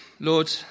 Lord